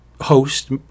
host